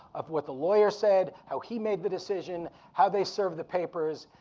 of what the lawyers said, how he made the decision, how they served the papers.